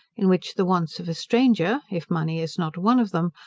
in which the wants of a stranger, if money is not one of them,